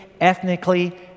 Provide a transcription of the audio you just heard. ethnically